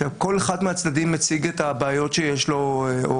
כל אחד מהצדדים מציג את הבעיות שיש לו.